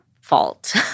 fault